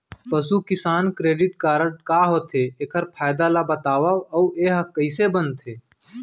पसु किसान credit card का होथे, एखर फायदा ला बतावव अऊ एहा कइसे बनथे?